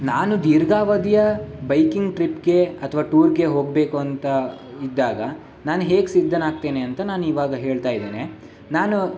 ನಾನು ದೀರ್ಘಾವಧಿಯ ಬೈಕಿಂಗ್ ಟ್ರಿಪ್ಗೆ ಅಥವಾ ಟೂರ್ಗೆ ಹೋಗಬೇಕು ಅಂತ ಇದ್ದಾಗ ನಾನು ಹೇಗೆ ಸಿದ್ಧನಾಗ್ತೇನೆ ಅಂತ ನಾನು ಇವಾಗ ಹೇಳ್ತಾ ಇದ್ದೇನೆ ನಾನು